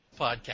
Podcast